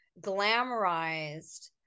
glamorized